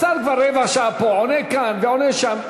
השר כבר רבע שעה פה, עונה כאן ועונה שם.